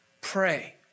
pray